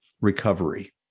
recovery